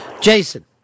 Jason